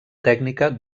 tècnica